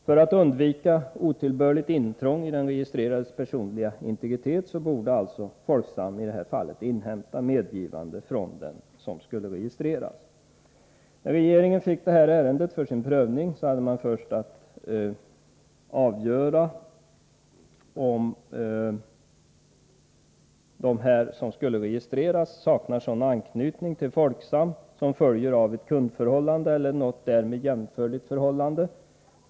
För att undvika otillbörligt intrång i den registrerades personliga integritet borde alltså Folksam i detta fall inhämta medgivande från den som skulle registreras. När regeringen fick detta ärende till prövning, hade man först att avgöra om de som skulle registreras saknade sådan anknytning till Folksam som följer av ett kundförhållande eller något därmed jämförligt förhållande.